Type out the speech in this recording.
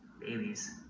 babies